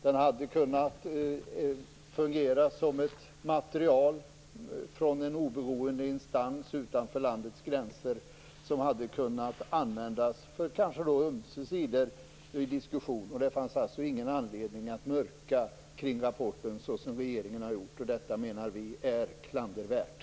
Den hade kunnat fungera som ett material från en oberoende instans utanför landets gränser och användas för diskussion på ömse sidor. Det fanns alltså ingen anledning att mörka kring rapporten så som regeringen har gjort. Detta menar vi är klandervärt.